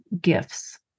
gifts